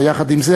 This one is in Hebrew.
יחד עם זה,